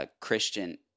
Christian